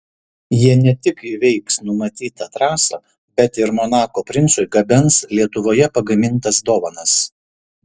jie ne tik įveiks numatytą trasą bet ir monako princui gabens lietuvoje pagamintas dovanas